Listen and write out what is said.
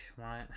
Right